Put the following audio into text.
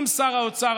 עם שר האוצר,